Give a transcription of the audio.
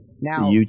Now